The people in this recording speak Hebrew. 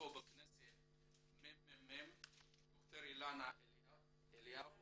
ד״ר אילה אליהו